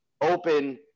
open